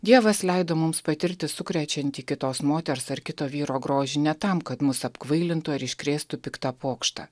dievas leido mums patirti sukrečiantį kitos moters ar kito vyro grožį ne tam kad mus apkvailintų ar iškrėstų piktą pokštą